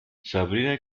sabrina